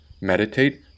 meditate